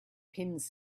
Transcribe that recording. pins